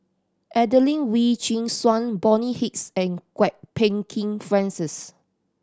Adelene Wee Chin Suan Bonny Hicks and Kwok Peng Kin Francis